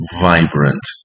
vibrant